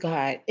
God